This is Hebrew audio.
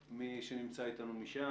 מי שנמצא איתנו משם.